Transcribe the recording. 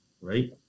right